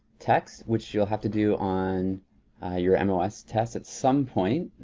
text, which you'll have to do on your mos test at some point.